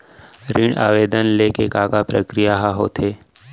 ऋण आवेदन ले के का का प्रक्रिया ह होथे?